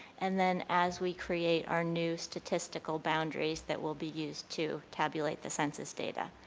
and then as we create our new statistical boundaries that will be used to tabulate the census data.